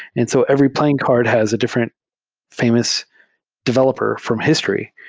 and so every playing card has a different famous developer from history.